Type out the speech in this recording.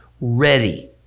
ready